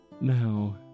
Now